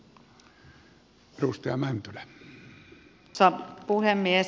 arvoisa herra puhemies